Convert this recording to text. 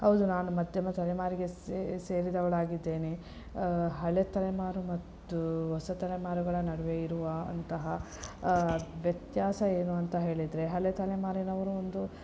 ಹೌದು ನಾನು ಮಧ್ಯಮ ತಲೆಮಾರಿಗೆ ಸೇ ಸೇರಿದವಳಾಗಿದ್ದೇನೆ ಹಳೆ ತಲೆಮಾರು ಮತ್ತು ಹೊಸ ತಲೆಮಾರುಗಳ ನಡುವೆ ಇರುವ ಅಂತಹ ವ್ಯತ್ಯಾಸ ಏನು ಅಂತ ಹೇಳಿದರೆ ಹಳೆ ತಲೆಮಾರಿನವರು ಒಂದು